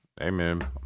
Amen